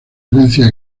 herencia